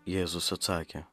jėzus atsakė